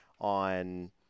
on